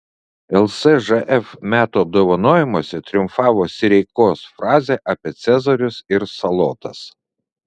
lsžf metų apdovanojimuose triumfavo sireikos frazė apie cezarius ir salotas